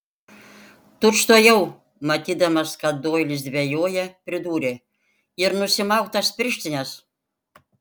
tučtuojau matydamas kad doilis dvejoja pridūrė ir nusimauk tas pirštines